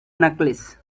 necklace